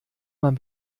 man